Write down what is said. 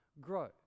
grow